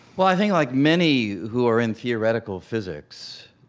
well, i think like many who are in theoretical physics,